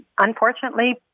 unfortunately